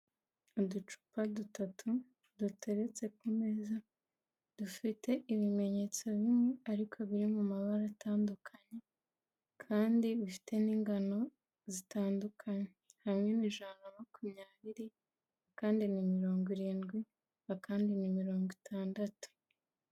Uducupa dutatu duteretse ku meza dufite ibimenyetso bimwe ariko biri mu mabara atandukanye kandi bifite n'ingano zitandukanye, hamwe ni ijana na makumyabiri, akandi ni mirongo irindwi, akandi ni mirongo itandatu.